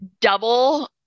double